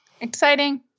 Exciting